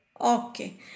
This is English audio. Okay